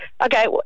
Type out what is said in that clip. Okay